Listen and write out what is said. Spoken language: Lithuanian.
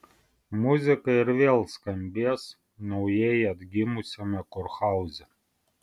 muzika ir vėl skambės naujai atgimusiame kurhauze